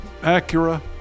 Acura